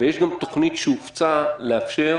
ויש גם תוכנית שהופצה לאפשר